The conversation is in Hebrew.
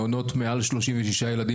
מעונות מעל 36 ילדים,